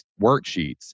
worksheets